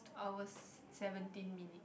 two hours seventeen minutes